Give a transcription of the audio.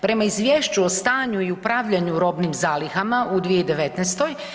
Prema izvješću o stanju i upravljanju robnim zalihama u 2019.